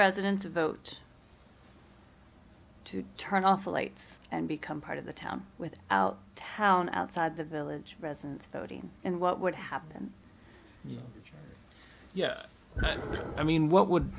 residents vote to turn off the lights and become part of the town with out town outside the village residence and what would happen yeah i mean what would